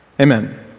Amen